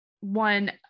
one